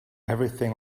everything